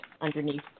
underneath